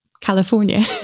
California